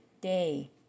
day